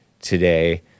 today